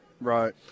Right